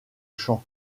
champ